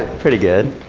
pretty good.